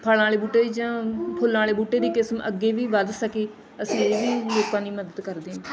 ਫਲਾਂ ਵਾਲੇ ਬੂਟੇ ਦੀ ਜਾਂ ਫੁੱਲਾਂ ਵਾਲੇ ਬੂਟੇ ਦੀ ਕਿਸਮ ਅੱਗੇ ਵੀ ਵੱਧ ਸਕੇ ਅਸੀਂ ਇਹ ਵੀ ਲੋਕਾਂ ਦੀ ਮਦਦ ਕਰਦੇ ਹਾਂ